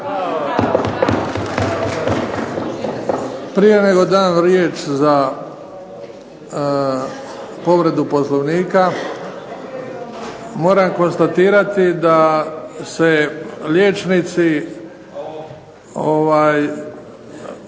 Prije nego dam riječ za povredu Poslovnika moram konstatirati da se liječnici